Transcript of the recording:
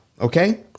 okay